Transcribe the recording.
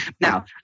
now